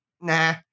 Nah